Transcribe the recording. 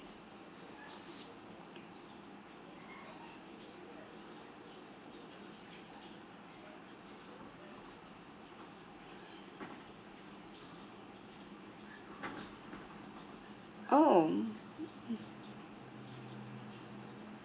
oh